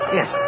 Yes